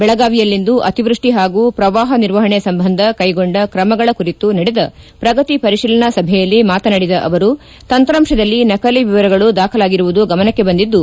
ಬೆಳಗಾವಿಯಲ್ಲಿಂದು ಅತಿವೃಷ್ಷಿ ಹಾಗೂ ಪ್ರವಾಪ ನಿರ್ವಹಣೆ ಸಂಬಂಧ ಕೈಗೊಂಡ ಕ್ರಮಗಳ ಕುರಿತು ನಡೆದ ಪ್ರಗತಿ ಪರಿತೀಲನಾ ಸಭೆಯಲ್ಲಿ ಮಾತನಾಡಿದ ಅವರು ತಂತ್ರಾಂಶದಲ್ಲಿ ನಕಲಿ ವಿವರಗಳು ದಾಖಲಾಗಿರುವುದು ಗಮನಕ್ಕೆ ಬಂದಿದ್ದು